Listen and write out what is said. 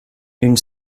une